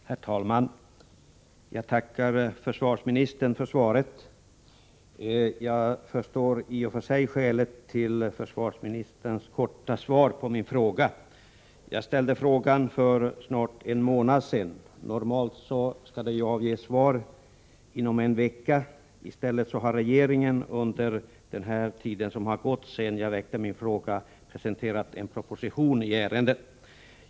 Herr talman! Jag tackar försvarsministern för svaret. Jag förstår i och för sig skälet till försvarsministerns korta svar på min fråga. Jag ställde den för snart en månad sedan, och normalt skall svar ges inom en vecka. Men under den tid som har gått sedan frågan ställdes har regeringen presenterat en proposition i ärendet.